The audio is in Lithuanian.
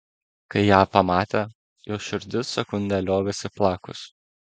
kai ją pamatė jos širdis sekundę liovėsi plakus